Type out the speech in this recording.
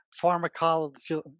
pharmacology